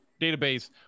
database